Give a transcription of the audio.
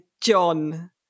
John